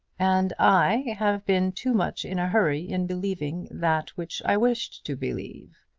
and i have been too much in a hurry in believing that which i wished to believe.